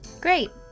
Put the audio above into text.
Great